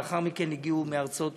לאחר מכן הגיעו מארצות